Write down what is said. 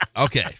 Okay